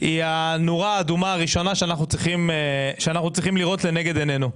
היא הנורה האדומה הראשונה שאנחנו צריכים לראות לנגד עינינו.